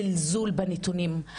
זלזול בנתונים,